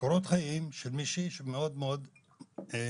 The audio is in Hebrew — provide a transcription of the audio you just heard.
קורות חיים של מישהי שמאוד מאוד בלט.